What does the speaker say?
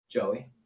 Joey